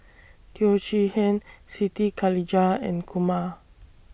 Teo Chee Hean Siti Khalijah and Kumar